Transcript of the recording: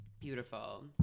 Beautiful